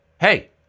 Hey